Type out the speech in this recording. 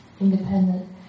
independent